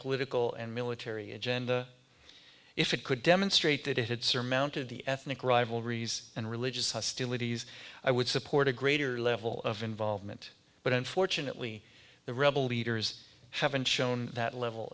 political and military agenda if it could demonstrate that it had surmounted the ethnic rivalries and religious hostilities i would support a greater level of involvement but unfortunately the rebel leaders haven't shown that level